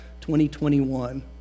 2021